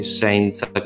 senza